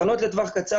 הכנות לטווח קצר,